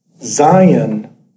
Zion